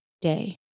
day